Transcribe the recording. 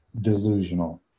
delusional